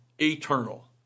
eternal